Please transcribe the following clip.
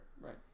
right